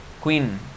queen